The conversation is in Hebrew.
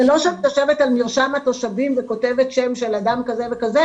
זה לא שאת יושבת על מרשם התושבים וכותבת שם של אדם כזה וכזה